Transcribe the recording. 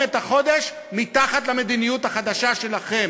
את החודש לנוכח המדיניות החדשה שלכם.